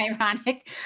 ironic